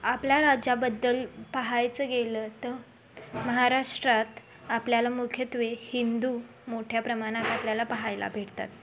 आपल्या राज्याबद्दल पाहायचं गेलं तर महाराष्ट्रात आपल्याला मुख्यत्वे हिंदू मोठ्या प्रमाणात आपल्याला पाहायला भेटतात